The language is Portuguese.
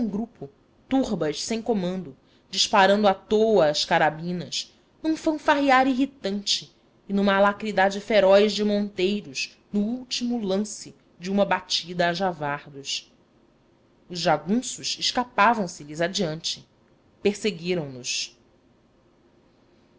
grupos turbas sem comando disparando à toa as carabinas num fanfarrear irritante e numa alacridade feroz de monteiros no último lance de uma batida a javardos os jagunços escapavam se lhes adiante perseguiram nos a